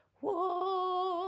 whoa